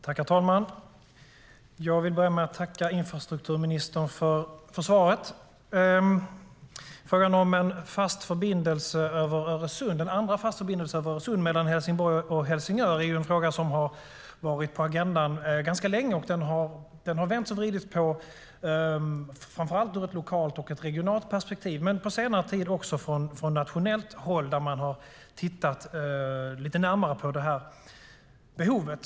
Herr talman! Jag vill börja med att tacka infrastrukturministern för svaret. Frågan om en andra fast förbindelse över Öresund, mellan Helsingborg och Helsingör, är en fråga som har varit på agendan ganska länge. Man har vänt och vridit på den, framför allt ur ett lokalt och ett regionalt perspektiv. Men på senare tid har man också gjort det från nationellt håll, där man har tittat lite närmare på det här behovet.